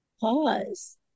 pause